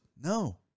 No